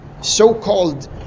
so-called